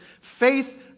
faith